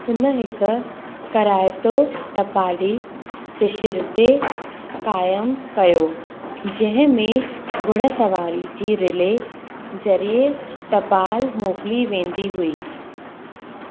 हुन हिक काराइतो टपाली सिरिश्ते क़ाइमु कयो जेंहिंमें घुड़सवारी जी रीले ज़रिए टपाल मोकिली वेंदी हुई